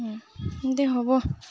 তেন্তে হ'ব